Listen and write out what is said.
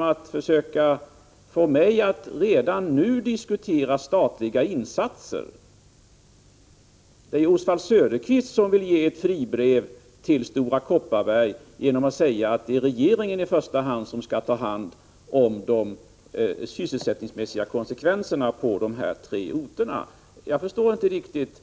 Han försöker ju få mig att redan nu diskutera statliga insatser, och det är han som vill ge ett fribrev till Stora Kopparberg genom att säga att det är regeringen som i första hand skall ta hand om de sysselsättningsmässiga konsekvenserna på dessa tre orter. Jag förstår inte riktigt